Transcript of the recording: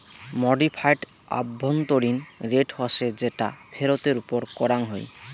modified আভ্যন্তরীণ rate হসে যেটা ফেরতের ওপর করাঙ হই